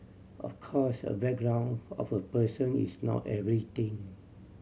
of course a background of a person is not everything